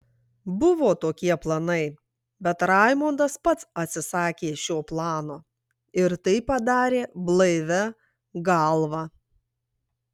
buvo tokie planai bet raimondas pats atsisakė šio plano ir tai padarė blaivia galva